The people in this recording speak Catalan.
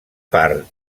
part